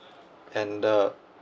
and uh